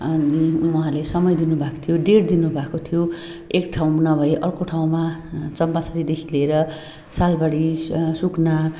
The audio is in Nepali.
उहाँले समय दिनुभएको थियो त्यो डेट दिनुभएको थियो एक ठाउँ नभए अर्को ठाउँमा चम्पासरीदेखि लिएर सालबारी सुकना